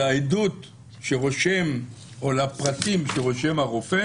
לעדות שרושם או לפרטים שרושם הרופא